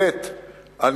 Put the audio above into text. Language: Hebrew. כמו כן,